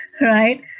Right